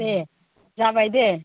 दे जाबाय दे